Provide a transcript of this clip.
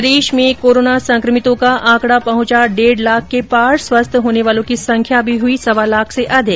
प्रदेश में कोरोना संक्रमितों का आंकड़ा पहुंचा डेढ़ लाख के पार स्वस्थ होने वालों की संख्या भी हुई सवा लाख से अधिक